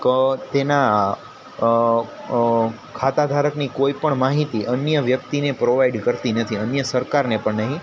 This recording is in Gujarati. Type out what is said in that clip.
ક તેના ખાતા ધારકની કોઈપણ માહિતી અન્ય વ્યક્તિને પ્રોવાઈડ કરતી નથી અન્ય સરકારને પણ નહીં